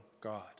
God